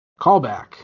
callback